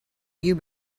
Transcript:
you